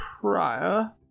prior